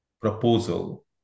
proposal